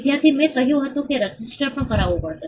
વિદ્યાર્થી મેં કહ્યું હતું કે રજિસ્ટર પણ કરાવવું પડશે